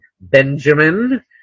Benjamin